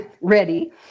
ready